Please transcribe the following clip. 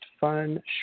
fun